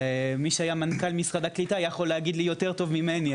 מי שהיה מנכ"ל משרד הקליטה יכול להגיד לי יותר טוב ממני,